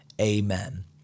Amen